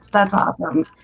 that's awesome